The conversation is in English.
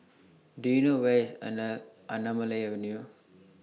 Do YOU know Where IS Anamalai Avenue